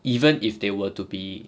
even if they were to be